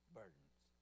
burdens